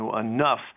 enough